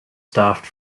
staffed